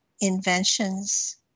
inventions